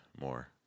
more